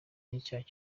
n’icyaha